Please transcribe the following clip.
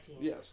Yes